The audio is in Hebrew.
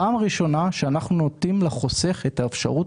זאת פעם ראשונה שבה אנחנו נותנים לחוסך את האפשרות